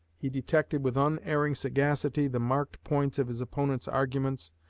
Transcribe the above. he detected with unerring sagacity the marked points of his opponents' arguments,